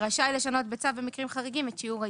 רשאי לשנות בצו במקרים חריגים את שיעור העדכון.